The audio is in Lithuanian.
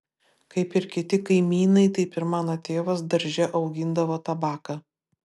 kaip ir kiti kaimynai taip ir mano tėvas darže augindavo tabaką